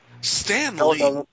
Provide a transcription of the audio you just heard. Stanley